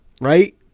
right